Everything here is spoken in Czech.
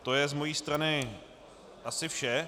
To je z mojí strany asi vše.